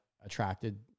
attracted